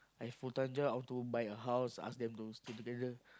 I full time job I want to buy a house ask them to stay together